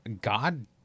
God